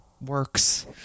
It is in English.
works